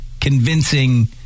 convincing